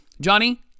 Johnny